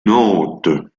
nantes